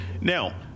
Now